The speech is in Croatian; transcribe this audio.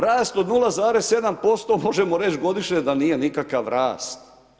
Rast od 0,7% možemo reći godišnje, da nije nikakav rast.